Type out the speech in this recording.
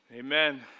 Amen